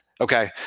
okay